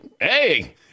Hey